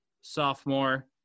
sophomore